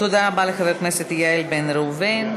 תודה רבה לחבר הכנסת איל בן ראובן.